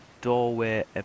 doorway